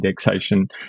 indexation